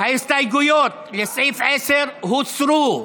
ההסתייגויות לסעיף 10 הוסרו,